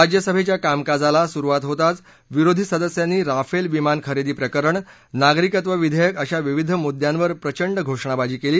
राज्यसभेच्या कामकाजाला सुरुवात होताच विरोधी सदस्यांनी राफेल विमान खरेदी प्रकरण नागरिकत्व विधेयक अशा विविध मुद्दयावर प्रचंड घोषणाबाजी केली